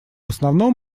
основном